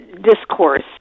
discourse